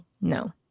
no